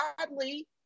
oddly